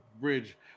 bridge